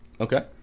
Okay